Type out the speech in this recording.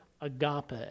agape